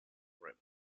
rim